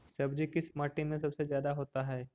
सब्जी किस माटी में सबसे ज्यादा होता है?